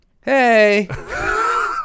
Hey